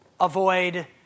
avoid